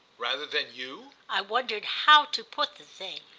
rather than you? i wondered how to put the thing.